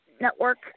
Network